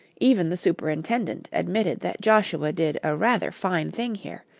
even the superintendent admitted that joshua did a rather fine thing here,